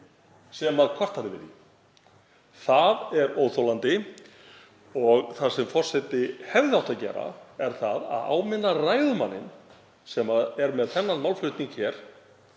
sem kvartar yfir því. Það er óþolandi. Það sem forseti hefði átt að gera er að áminna ræðumanninn sem er með þennan málflutning og